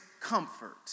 comfort